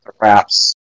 wraps